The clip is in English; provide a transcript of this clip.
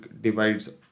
divides